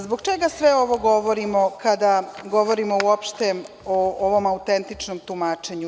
Zbog čega sve ovo govorimo, kada govorimo uopšte o ovom autentičnom tumačenju?